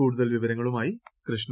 കൂടുതൽ വിവരങ്ങളുമായി കൃഷ്ണ